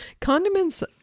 Condiments